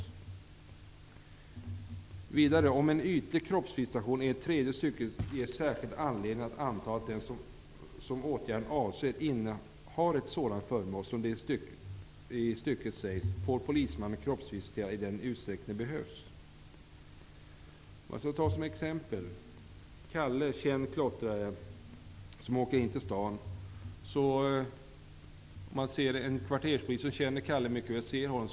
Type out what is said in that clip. ''Om en ytlig kroppsvisitation enligt tredje stycket ger särskild anledning att anta att den som åtgärden avser innehar ett sådant föremål som i det stycket sägs, får polismannen kroppsvisitera i den utsträckning det behövs.'' Jag skall ta ett exempel. Kalle, en känd klottrare, åker in till stan. En kvarterspolis, som mycket väl känner Kalle, ser honom.